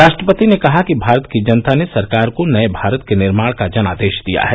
राष्ट्रपति ने कहा कि भारत की जनता ने सरकार को नये भारत के निर्माण का जनादेश दिया है